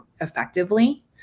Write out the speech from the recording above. effectively